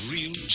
Real